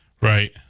Right